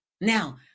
Now